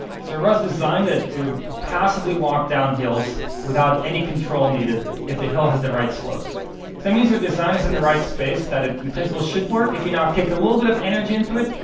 so russ designed it to passively walk down hills without any control needed, if the hill has the right slope. so that means your design is in the right space, that it, in principle, should work. if you now kick a little bit of energy into it,